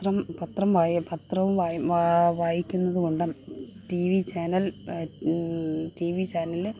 പത്രം പത്രം വായ പത്രവും വായും വായിക്കുന്നതു കൊണ്ടും T V channel T V ചാനലിൽ